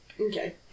Okay